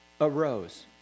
arose